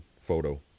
photo